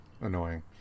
annoying